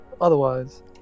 otherwise